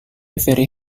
very